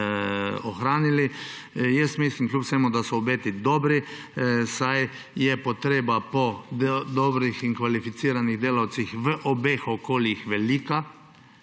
ohranili. Jaz mislim kljub vsemu, da so obeti dobri, saj je potreba po dobrih in kvalificiranih delavcih v obeh okoljih velika.